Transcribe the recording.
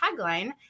tagline